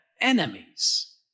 enemies